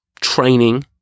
training